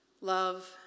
love